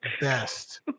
best